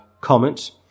comment